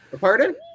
Pardon